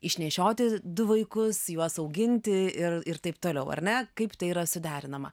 išnešioti du vaikus juos auginti ir ir taip toliau ar ne kaip tai yra suderinama